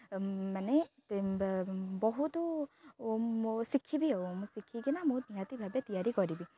ମାନେ ବହୁତ ଶିଖିବି ଆଉ ମୁଁ ଶିଖିକିନା ମୁଁ ନିହାତି ଭାବେ ତିଆରି କରିବି